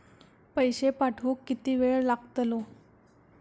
पैशे पाठवुक किती वेळ लागतलो?